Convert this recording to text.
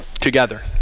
together